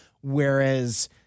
whereas